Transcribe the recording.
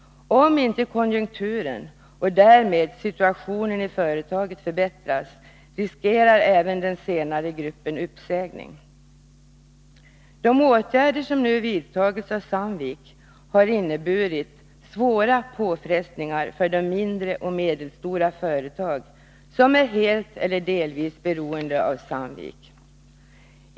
Om inte konjunkturen och därmed situationen i företaget förbättras, riskerar även den senare gruppen uppsägning. De åtgärder som nu vidtagits av Sandvik AB har inneburit svåra påfrestningar för de mindre och medelstora företag som är helt eller delvis beroende av Sandvik.